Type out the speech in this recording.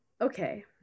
okay